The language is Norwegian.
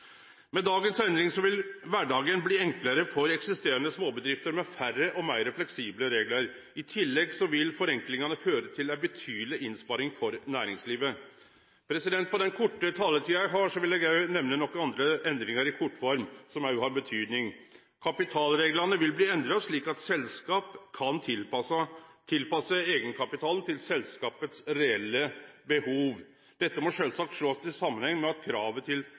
Med dagens endring vil kvardagen bli enklare for eksisterande småbedrifter, med færre og meir fleksible reglar. I tillegg vil forenklingane føre til ei stor innsparing for næringslivet. På den korte taletida eg har, vil eg også nemne nokre andre endringar, i kortform, som også har betyding. Kapitalreglane vil bli endra, slik at selskap kan tilpasse eigenkapitalen til selskapet sitt reelle behov. Dette må sjølvsagt sjåast i samanheng med at kravet til